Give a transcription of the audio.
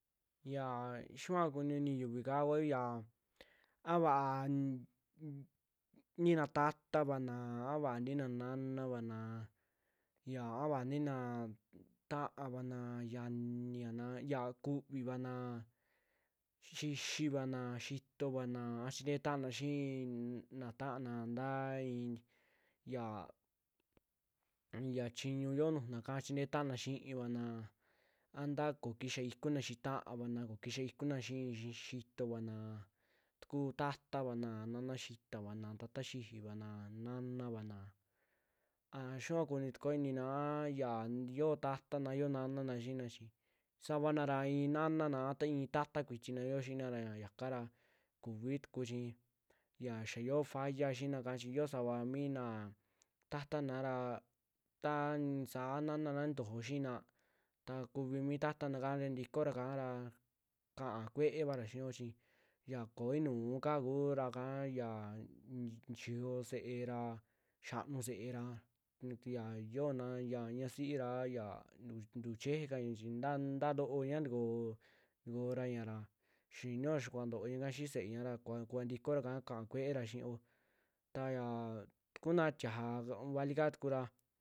Xiaa xiniua kunio i'ini yiuvi kaa ku yaa vaa nt nt nina tatavaana, a vaa niina na'ana vana xia a vaa niina ta'avana, xiani ana xia kuuvi vakana, xixivana, xi'itovana, a chintee ta'ama xii nna taana ntaa i'i yaa nn ya chiñuu yo'o nujuka aa chintee taana xiaana, a ntaa koo kixaa ikuna xii ta'avana, koo kixaa ikuna xii xi'ito vana, takuu tatavan, nana xitavana, ta'ata xijivana a naana vana aa xinuuva kuni tukuo iinina a yaa yoio ta'atana a yio naanana xinaa chii savana ra i'i naanana, a ta i'i ta'ata kuitina yioo xi'ina ra xakara kuvi tukuchi xia xaa yo'o falla xii naka chi yo'o sava mina ta'atana ra, ta i'isa naanana nintojo xiina ta kuvi mi ta'atanaka ntikoora kaara ka'a kueevara xio chi ya koo i'inuu ka kuraka xaa ni- nixiiyo se'era, xia'anu se'era nitu ya yoona ya ña'a siira ya ntu- ntu chejekaña, nta- nta looña ntukoo, ntukoo raña xinio xiaa kuuva ntoo ñaka xii se'eña kuva kuvi ntikoraka ka'a kue'era xiiyo, ta yaa tukuna tiaja valika tukura.